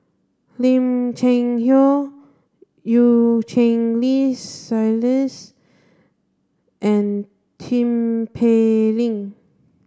Lim Cheng Hoe Eu Cheng Li and Tin Pei Ling